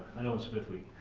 i know it's fifth week,